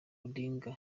odinga